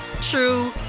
true